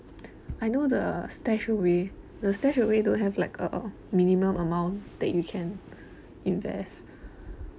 I know the StashAway the StashAway don't have like a minimum amount that you can invest